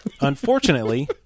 Unfortunately